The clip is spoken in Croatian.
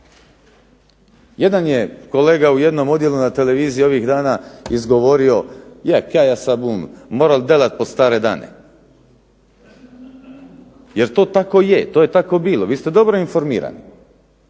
Jedan je kolega u jednom odjelu na televiziji ovih dana izgovorio, je kaj ja sad bum moral delat pod stare dane, jer to tako je. To je tako bilo, vi ste dobro informirani.